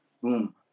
boom